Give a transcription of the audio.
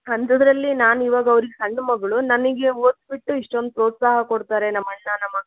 ಅಂಥದ್ರಲ್ಲಿ ನಾನು ಇವಾಗ ಅವ್ರಿಗೆ ಸಣ್ಣ ಮಗಳು ನನಗೆ ಓದ್ಬಿಟ್ಟು ಇಷ್ಟೊಂದು ಪ್ರೋತ್ಸಾಹ ಕೊಡ್ತಾರೆ ನಮ್ಮ ಅಣ್ಣ ನಮ್ಮ ಅಕ್ಕ